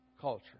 culture